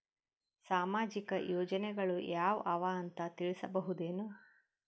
ಸಾಮಾಜಿಕ ಯೋಜನೆಗಳು ಯಾವ ಅವ ಅಂತ ತಿಳಸಬಹುದೇನು?